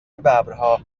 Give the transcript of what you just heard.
ببرها